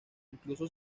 incluso